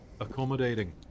accommodating